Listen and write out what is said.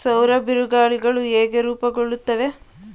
ಸೌರ ಬಿರುಗಾಳಿಗಳು ಹೇಗೆ ರೂಪುಗೊಳ್ಳುತ್ತವೆ?